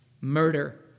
murder